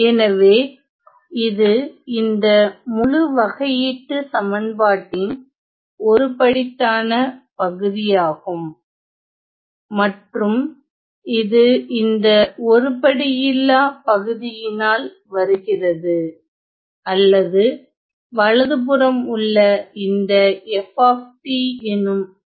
எனவே இது இந்த முழு வகையீட்டுச் சமன்பாட்டின் ஒருபடித்தான பகுதியாகும் மற்றும் இது இந்த ஒருபடுயில்லா பகுதியினால் வருகிறது அல்லது வலதுபுறம் உள்ள இந்த f எனும் செலுத்து சார்பினால் ஆனது